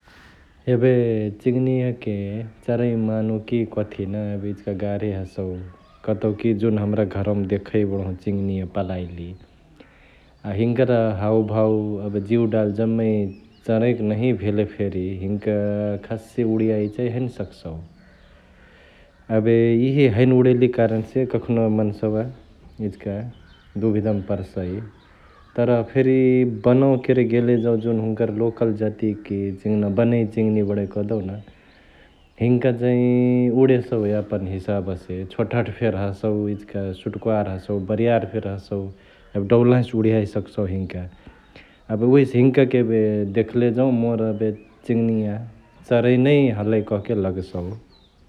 एबे चिङ्नियाके चराइ मानु कि कथी ना एबे इचिका गह्रे हसौ कतउ कि जुन हमरा घरवमा देखै बढहु चिङ्निया पलाईली अ हिन्कर हाउभाउ एबे जिउडाल जमै चराइ नहिया भेलेफेरी हिन्का खासे उडायाए हैनो सकसउ । एबे यिहे हैने उडायली कारण से कखानो एबे मन्सवा इचिका दुभिधामा पारसई । तर फेरी बनवा करे गेले जौ जुन हुन्कर लोकेल जतियाकी चिङ्ना, बनैया चिङ्ना बडै कह्देउ न हिन्का चै उडेसौ यापन हिसाबसे, छोटहट फेरी हसौ इचिका सुटुक्वार हसौ बरियार फेरी हसौ एबे डौलाहेसे उड्याए सकसउ हिन्का । एबे उहेसे हिन्का के एबे देखलेजौं मोर एबे चिङ्निया चराइ नै हलाई कहके लगसउ ।